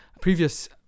previous